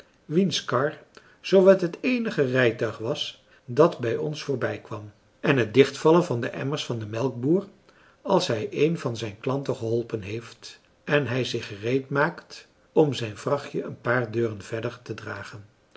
en het dichtvallen van de emmers van den melkboer als hij een van zijn klanten geholpen heeft en hij zich gereed maakt om zijn vrachtje een paar deuren verder te dragen